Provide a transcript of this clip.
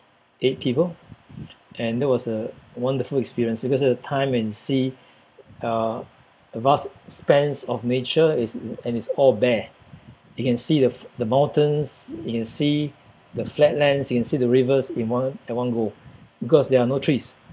eight people and that was a wonderful experience because at the time you can see uh a vast expanse of nature it's and it's all bare you can see the f~ the mountains you can see the flatlands you can see the rivers in one at one go because there are no trees